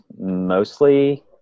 mostly